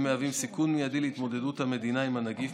הם מהווים סיכון מיידי להתמודדות המדינה עם הנגיף,